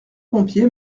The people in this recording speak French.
pompier